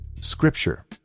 Scripture